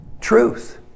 Truth